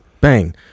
bang